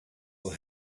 will